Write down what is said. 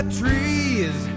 trees